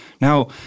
Now